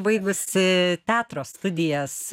baigusi teatro studijas